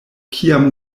kiam